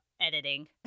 editing